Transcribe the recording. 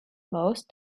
most